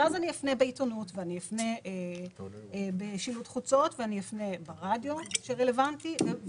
ואז אני אפנה בעיתונות ובשילוט חוצות וברדיו הרלוונטי.